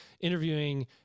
interviewing